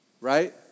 right